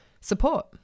support